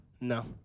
No